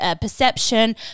perception